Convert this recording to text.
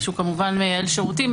שהוא כמובן מייעל שירותים,